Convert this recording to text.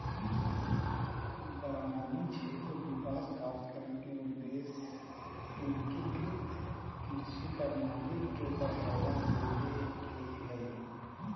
वारानी क्षेत्र विकास कार्यक्रम के उद्देश्य एकीकृत कृषि प्रणाली के बढ़ावा देवे के हई